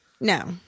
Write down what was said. no